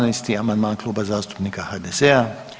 18. amandman Kluba zastupnika HDZ.